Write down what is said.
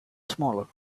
smaller